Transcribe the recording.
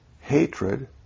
hatred